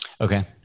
Okay